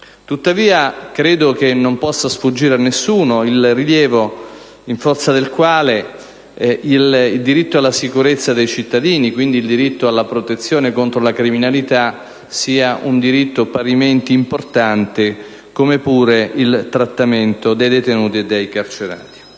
Tuttavia, credo che non possa sfuggire a nessuno il rilievo in forza del quale il diritto alla sicurezza dei cittadini (quindi il diritto alla protezione contro la criminalità) sia un diritto parimenti importante, come pure il trattamento dei detenuti e dei carcerati.